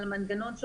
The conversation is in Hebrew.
על מנגנון,